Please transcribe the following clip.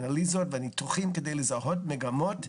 האנליזות והניתוחים כדי לזהות מגמות,